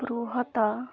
ବୃହତ